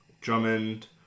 Drummond